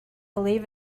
believe